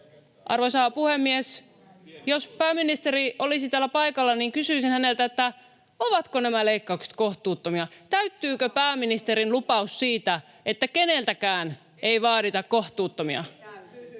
Arvoisa puhemies! Jos pääministeri olisi täällä paikalla, niin kysyisin häneltä, ovatko nämä leikkaukset kohtuuttomia, täyttyykö pääministerin lupaus siitä, että keneltäkään ei vaadita kohtuuttomia.